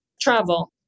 travel